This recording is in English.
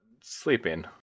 sleeping